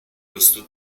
questo